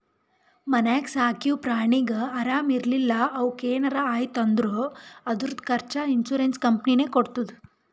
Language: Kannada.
ಮನ್ಯಾಗ ಸಾಕಿವ್ ಪ್ರಾಣಿಗ ಆರಾಮ್ ಇರ್ಲಿಲ್ಲಾ ಅವುಕ್ ಏನರೆ ಆಯ್ತ್ ಅಂದುರ್ ಅದುರ್ದು ಖರ್ಚಾ ಇನ್ಸೂರೆನ್ಸ್ ಕಂಪನಿನೇ ಕೊಡ್ತುದ್